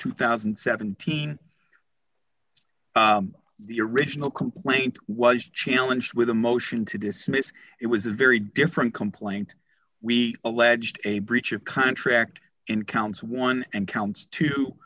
two thousand and seventeen the original complaint was challenged with a motion to dismiss it was a very different complaint we alleged a breach of contract in counts one and counts t